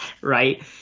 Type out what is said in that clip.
right